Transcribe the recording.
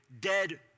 dead